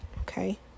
Okay